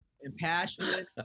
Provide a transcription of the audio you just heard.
Impassionate